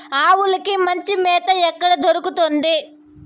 ఆవులకి మంచి మేత ఎక్కడ దొరుకుతుంది?